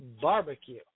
barbecue